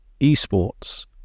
eSports